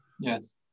yes